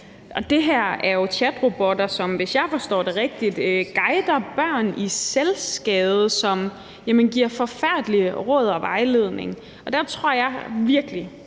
Og det her er jo, hvis jeg forstår det rigtigt, chatrobotter, som guider børn i selvskade, og som giver forfærdelige råd og vejledning. Der tror jeg virkelig